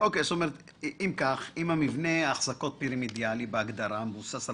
אם המבנה האחזקות הפירימידיאלי מבוסס על